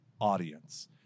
audience